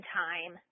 time